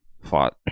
fought